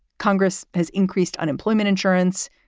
congress has increased unemployment insurance,